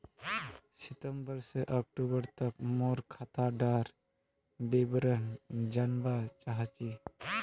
सितंबर से अक्टूबर तक मोर खाता डार विवरण जानवा चाहची?